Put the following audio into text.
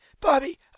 Bobby